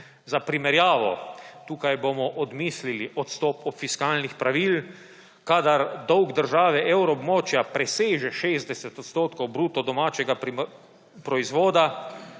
Za primerjavo, tukaj bomo odmislili odstop od fiskalnih pravil; kadar dolg države evroobmočja preseže 60 odstotkov bruto domačega proizvoda,